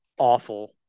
Awful